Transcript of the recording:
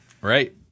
Right